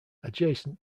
adjacent